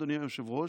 אדוני היושב-ראש,